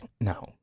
No